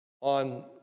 on